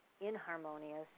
inharmonious